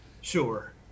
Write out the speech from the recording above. sure